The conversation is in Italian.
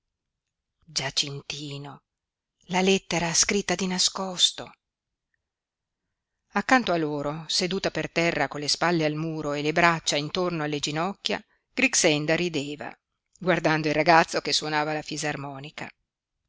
colpevole giacintino la lettera scritta di nascosto accanto a loro seduta per terra con le spalle al muro e le braccia intorno alle ginocchia grixenda rideva guardando il ragazzo che suonava la fisarmonica